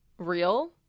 real